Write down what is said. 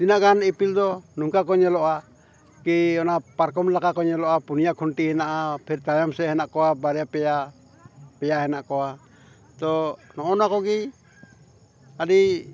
ᱛᱤᱱᱟᱹᱜ ᱜᱟᱱ ᱤᱯᱤᱞ ᱫᱚ ᱱᱚᱝᱠᱟ ᱠᱚ ᱧᱮᱞᱚᱜᱼᱟ ᱠᱤ ᱚᱱᱟ ᱯᱟᱨᱠᱚᱢ ᱞᱮᱠᱟ ᱠᱚ ᱧᱮᱞᱚᱜᱼᱟ ᱯᱩᱱᱭᱟ ᱠᱷᱩᱱᱴᱤ ᱦᱮᱱᱟᱜᱼᱟ ᱯᱷᱤᱨ ᱛᱟᱭᱚᱢ ᱥᱮᱫ ᱦᱮᱱᱟᱜ ᱠᱚᱣᱟ ᱵᱟᱨᱭᱟ ᱯᱮᱭᱟ ᱯᱮᱭᱟ ᱦᱮᱱᱟᱜ ᱠᱚᱣᱟ ᱛᱚ ᱱᱚᱜᱼᱚ ᱱᱚᱣᱟ ᱠᱚᱜᱮ ᱟᱹᱰᱤ